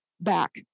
back